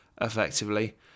effectively